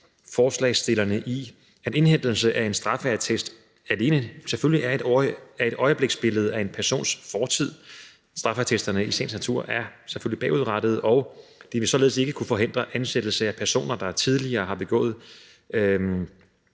forslagsstillerne i, at indhentelse af en straffeattest alene, selvfølgelig, er et øjebliksbillede af en persons fortid. Straffeattesterne er selvfølgelig i sagens natur bagudrettede, og de vil således alene kunne forhindre ansættelse af personer, der tidligere har begået